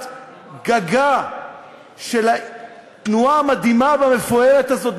גגה של התנועה המדהימה והמפוארת הזאת,